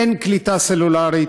אין קליטה סלולרית,